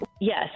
Yes